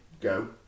go